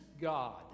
God